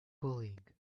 bullying